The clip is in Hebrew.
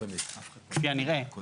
כפי הנראה,